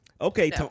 Okay